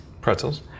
Pretzels